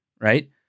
right